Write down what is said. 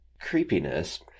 creepiness